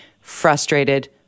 frustrated